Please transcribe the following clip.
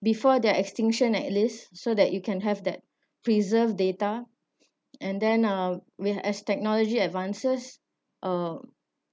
before their extinction at least so that you can have that preserved data and then uh with as technology advances uh